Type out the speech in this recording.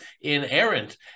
inerrant